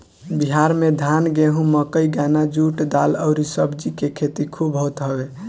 बिहार में धान, गेंहू, मकई, गन्ना, जुट, दाल अउरी सब्जी के खेती खूब होत हवे